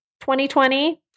2020